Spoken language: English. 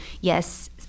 Yes